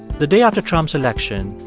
the day after trump's election,